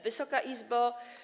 Wysoka Izbo!